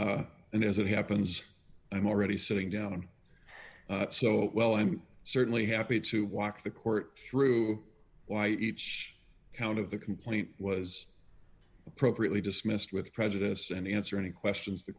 down and as it happens i'm already sitting down so well i'm certainly happy to walk the court through why each count of the complaint was appropriately dismissed with prejudice and answer any questions t